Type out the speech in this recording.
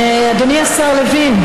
אדוני השר לוין,